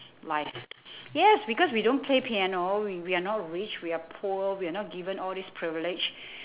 life yes because we don't play piano we we're not rich we're poor we're not given all these privilege